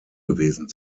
gewesen